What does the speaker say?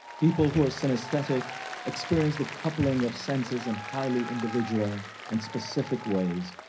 people who are synesthetic experience the coupling of senses in highly individual and specific ways.